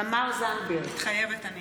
תמר זנדברג, מתחייבת אני